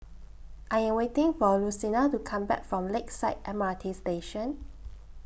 I Am waiting For Lucina to Come Back from Lakeside M R T Station